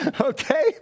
Okay